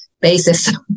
basis